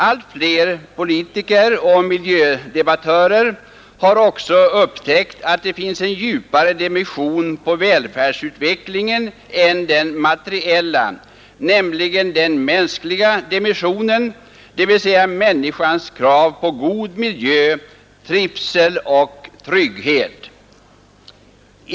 Allt fler politiker och miljödebattörer har också upptäckt att det finns en djupare dimension på välfärdsutvecklingen än den materiella, nämligen den mänskliga dimensionen, dvs. människans krav på god miljö, trivsel och trygghet.